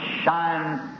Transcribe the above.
shine